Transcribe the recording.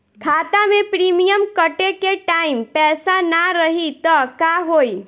खाता मे प्रीमियम कटे के टाइम पैसा ना रही त का होई?